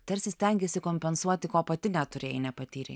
tarsi stengeisi kompensuoti ko pati neturėjai nepatyrei